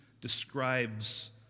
describes